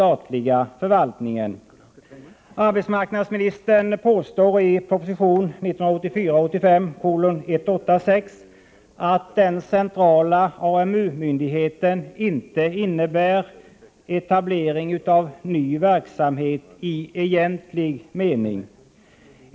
Arbetsmarknadsministern påstår i proposition 1984/85:186 att den centrala AMU-myndigheten inte innebär etablering av ny verksamhet i egentlig mening.